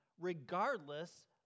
regardless